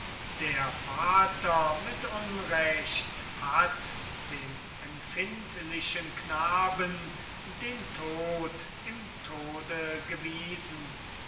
der vater mit unrecht hat dem empfindlichen knaben den tod im tode gewiesen